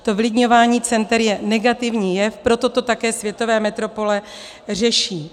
To vylidňování center je negativní jev, proto to také světové metropole řeší.